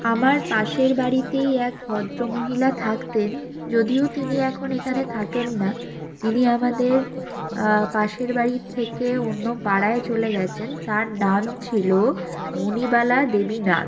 আমার পাশের বাড়িতেই এক ভদ্রমহিলা থাকতেন যদিও তিনি এখন এখানে থাকেন না তিনি আমাদের পাশের বাড়ির থেকে অন্য পাড়ায় চলে গেছেন তার নাম ছিল মণিবালা দেবী নাথ